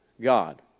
God